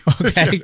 Okay